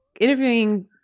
Interviewing